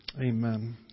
Amen